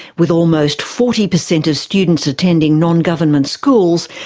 with almost forty percent of students attending non-government schools,